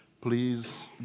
please